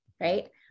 Right